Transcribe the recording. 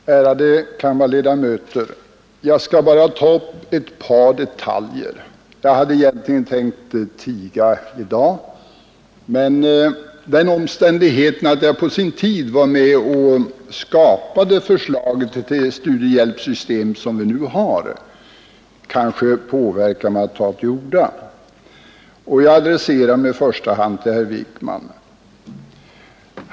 Fru talman, ärade kammarledamöter! Jag skall bara ta upp ett par detaljer. Jag hade egentligen tänkt tiga i dag, men den omständigheten att jag på sin tid var med och skapade förslaget till det studiehjälpssystem vi nu har kanske påverkar mig att ta till orda. Jag adresserar mig i första hand till herr Wijkman.